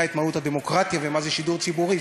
את מהות הדמוקרטיה ומה זה שידור ציבורי.